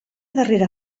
darrera